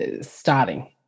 starting